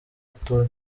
atuye